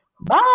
Bye